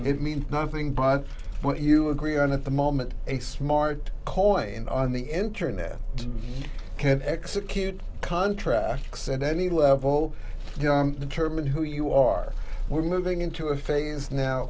it means nothing but what you agree on at the moment a smart cohen on the internet can execute contracts at any level determine who you are we're moving into a phase